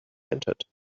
entered